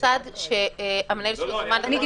מוסד שהמנהל שלו הוזמן לחקירה?